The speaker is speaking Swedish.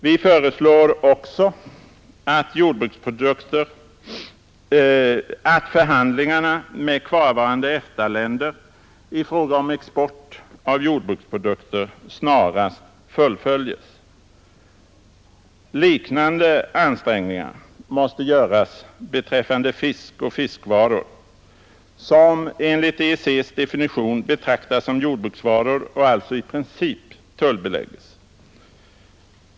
Vi föreslår också att förhandlingarna med kvarvarande EFTA-länder i fråga om export av jordbruksprodukter snarast fullföljes. Liknande ansträngningar måste göras beträffande fisk och fiskvaror, som enligt EEC:s definition Nr 138 betraktas som jordbruksvaror och alltså i princip tullbeläggs.